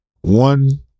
One